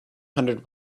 hundred